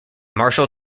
marshall